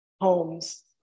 homes